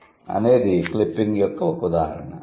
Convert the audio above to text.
' అనేది క్లిప్పింగ్ యొక్క ఒక ఉదాహరణ